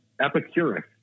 Epicurus